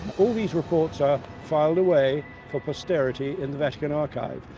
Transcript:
all these reports are filed away for posterity in the vatican archive,